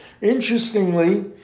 Interestingly